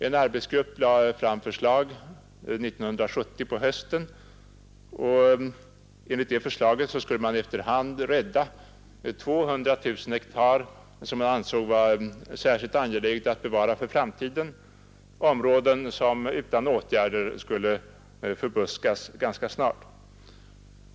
En arbetsgrupp lade fram förslag 1970 på hösten, och enligt det förslaget skulle man efter hand rädda 200 000 hektar som man ansåg att det var särskilt angeläget att bevara för framtiden, områden som utan åtgärder skulle förbuskas ganska snart.